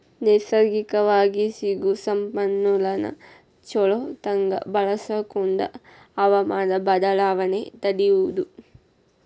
ನೈಸರ್ಗಿಕವಾಗಿ ಸಿಗು ಸಂಪನ್ಮೂಲಾನ ಚುಲೊತಂಗ ಬಳಸಕೊಂಡ ಹವಮಾನ ಬದಲಾವಣೆ ತಡಿಯುದು